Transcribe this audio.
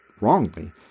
wrongly